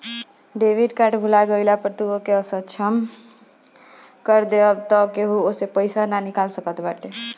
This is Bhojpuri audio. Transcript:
डेबिट कार्ड भूला गईला पअ तू ओके असक्षम कर देबाअ तअ केहू ओसे पईसा ना निकाल सकत बाटे